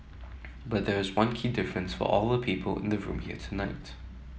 but there is one key difference for all the people in the room here tonight